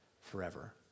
forever